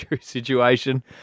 situation